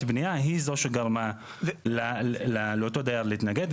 בנייה היא זו שגרמה לאותו דייר להתנגד,